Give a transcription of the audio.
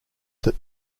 that